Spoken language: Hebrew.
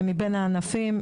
מבין הענפים,